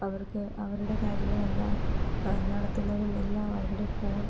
അവർക്ക് അവരുടെ കാര്യങ്ങളെല്ലാം നടത്തുന്നതും എല്ലാം അവരുടെ ഫോൺ